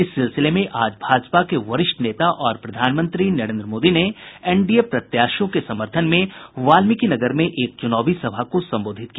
इस सिलसिले में आज भाजपा के वरिष्ठ नेता और प्रधानमंत्री नरेन्द्र मोदी ने एनडीए प्रत्याशियों के समर्थन में वाल्मिकीनगर में एक चूनावी सभा को संबोधित संबोधित किया